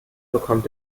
bekommt